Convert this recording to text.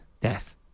death